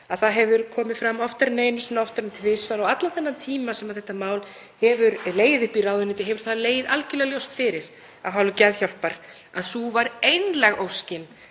og það hefur komið fram oftar en einu sinni, oftar en tvisvar og allan þennan tíma sem þetta mál hefur legið uppi í ráðuneyti hefur það legið algjörlega ljóst fyrir af hálfu Geðhjálpar að sú var einlæg óskin